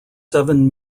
seven